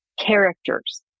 characters